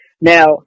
Now